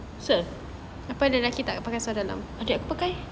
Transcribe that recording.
sure ada yang pakai